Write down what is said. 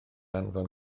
anfon